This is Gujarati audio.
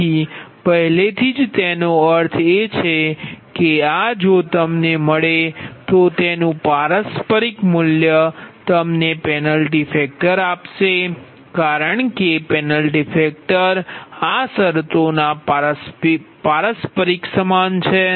તેથી પહેલેથી જ તેનો અર્થ એ છે કે આ જો તમને મળે તો તેનું પારસ્પરિક મૂલ્ય તમને પેનલ્ટી આપશે કારણ કે પેનલ્ટી ફેકટર આ શરતોના પારસ્પરિક સમાન છે